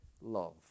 love